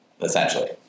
essentially